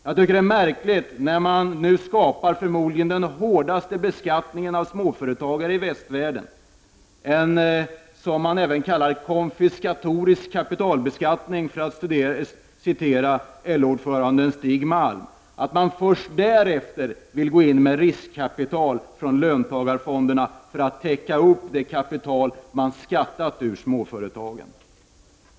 Jag tycker att det är märkligt att man när man nu förmodligen skapar den hårdaste beskattningen av småföretagare i västvärlden — vad som även kallas konfiskatorisk kapitalbeskattning, för att citera LO-ordföranden Stig Malm - vill gå in med riskkapital från löntagarfonderna för att täcka upp det kapital som man beskattat ur småföretagen.